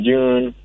June